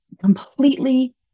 completely